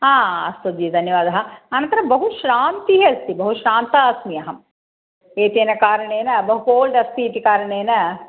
हा अस्तु जि धन्यवादः अनन्तरं बहु श्रान्तिः अस्ति बहु श्रान्ता अस्मि अहम् एतेन कारणेन बहु कोल्ड् अस्ति इति कारणेन